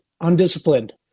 undisciplined